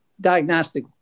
diagnostic